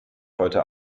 heute